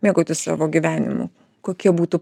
mėgautis savo gyvenimu kokie būtų